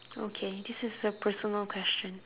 okay this is a personal question